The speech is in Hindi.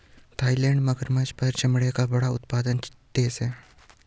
थाईलैंड मगरमच्छ पर चमड़े का बड़ा उत्पादक देश है